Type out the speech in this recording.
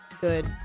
good